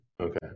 okay